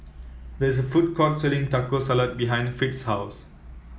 there's a food court selling Taco Salad behind Fritz's house